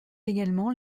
également